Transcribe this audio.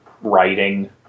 writing